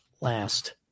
Last